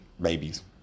babies